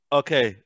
okay